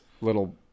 little